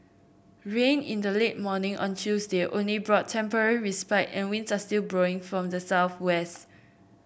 rain in the late morning on Tuesday only brought temporary respite and winds are still blowing from the southwest